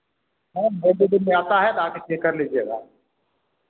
हाँ दो दो दिन में आता है त आकर चेक कर लीजिएगा